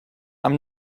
i’m